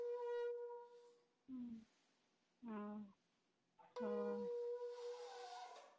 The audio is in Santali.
ᱦᱮᱸ ᱚ ᱦᱳᱭ